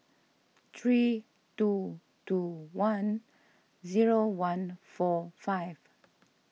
three two two one zero one four five